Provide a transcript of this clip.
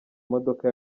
imodoka